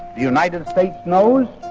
united states knows